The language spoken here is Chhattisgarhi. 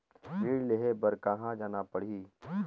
ऋण लेहे बार कहा जाना पड़ही?